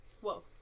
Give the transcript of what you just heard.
Whoa